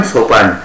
Sopan